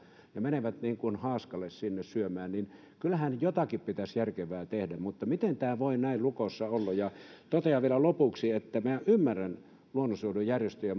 menevät niin kuin haaskalle sinne syömään niin kyllähän jotakin järkevää pitäisi tehdä mutta miten tämä voi näin lukossa olla totean vielä lopuksi että minä ymmärrän luonnonsuojelujärjestöjä